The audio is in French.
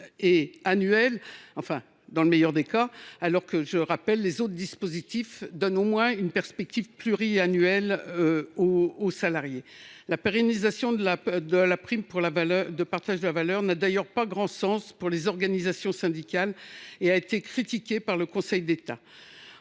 est annuelle, dans le meilleur des cas, alors que – je le rappelle – les autres dispositifs donnent au moins une perspective pluriannuelle aux salariés. La pérennisation de la prime de partage de la valeur n’a d’ailleurs pas grand sens aux yeux des organisations syndicales et a été critiquée par le Conseil d’État.